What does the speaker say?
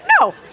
No